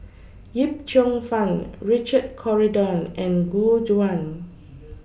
Yip Cheong Fun Richard Corridon and Gu Juan